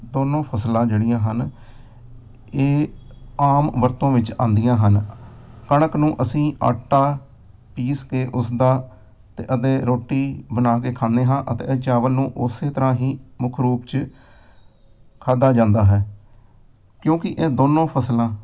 ਦੋਨੋਂ ਫ਼ਸਲਾਂ ਜਿਹੜੀਆਂ ਹਨ ਇਹ ਆਮ ਵਰਤੋਂ ਵਿੱਚ ਆਉਂਦੀਆਂ ਹਨ ਕਣਕ ਨੂੰ ਅਸੀਂ ਆਟਾ ਪੀਸ ਕੇ ਉਸਦਾ ਤੇ ਅਤੇ ਰੋਟੀ ਬਣਾ ਕੇ ਖਾਂਦੇ ਹਾਂ ਅਤੇ ਇਹ ਚਾਵਲ ਨੂੰ ਉਸੇ ਤਰ੍ਹਾਂ ਹੀ ਮੁੱਖ ਰੂਪ 'ਚ ਖਾਧਾ ਜਾਂਦਾ ਹੈ ਕਿਉਂਕਿ ਇਹ ਦੋਨੋਂ ਫ਼ਸਲਾਂ